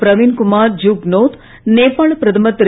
பிரவீன்குமார் ஜுக்னோத் நேபாள பிரதமர் திரு